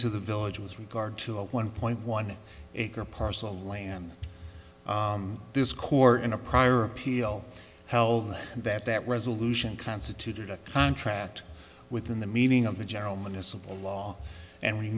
to the village with regard to a one point one acre parcel of land this court in a prior appeal held that that resolution constituted a contract within the meaning of the gentleman a simple law and we